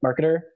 marketer